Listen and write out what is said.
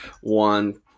one